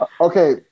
Okay